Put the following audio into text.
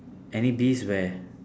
any bees where